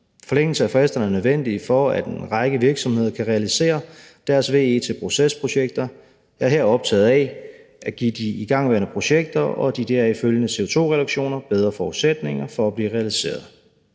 Forlængelse af fristerne er nødvendigt, for at en række virksomheder kan realisere deres VE til procesprojekter. Jeg er her optaget af at give de igangværende projekter og de deraf følgende CO2-reduktioner bedre forudsætninger for at blive realiseret.